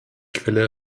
quelle